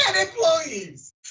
employees